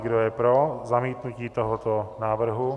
Kdo je pro zamítnutí tohoto návrhu?